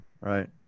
right